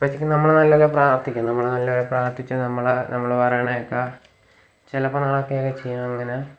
അപ്പോഴത്തേക്ക് നമ്മൾ നല്ല പോലെ പ്രാർത്ഥിക്കും നമ്മൾ നല്ലപോലെ പ്രാർത്ഥിച്ച് നമ്മൾ നമ്മൾ പറയണതൊക്ക ചിലപ്പം നമ്മൾ ചെയ്യും അങ്ങനെ